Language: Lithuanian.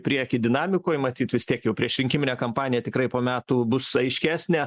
priekį dinamikoj matyt vis tiek jau priešrinkiminė kampanija tikrai po metų bus aiškesnė